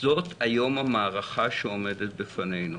זאת היום המערכה שעומדת בפנינו.